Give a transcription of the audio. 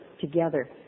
together